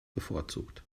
bevorzugt